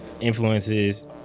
influences